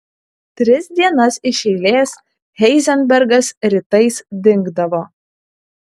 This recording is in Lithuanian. tris dienas iš eilės heizenbergas rytais dingdavo